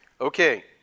okay